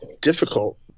difficult